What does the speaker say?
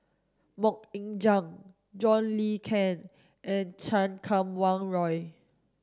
Mok Ying Jang John Le Cain and Chan Kum Wah Roy